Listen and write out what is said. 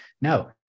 No